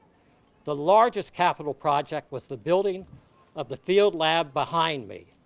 the largest capital project was the building of the field lab behind me.